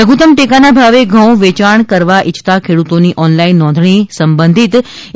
લધુત્તમ ટેકાના ભાવે ઘઉં વેચાણ કરવા ઈચ્છતા ખેડુતોની ઓનલાઈન નોંધણી સંબંધિત એ